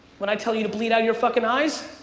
when i tell you to bleed out your fucking eyes,